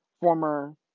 Former